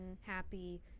happy